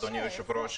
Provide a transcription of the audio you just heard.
אדוני היושב-ראש,